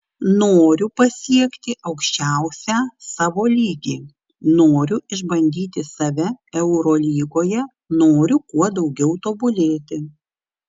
noriu pasiekti aukščiausią savo lygį noriu išbandyti save eurolygoje noriu kuo daugiau tobulėti